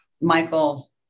Michael